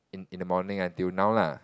in in the morning until now lah